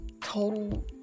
total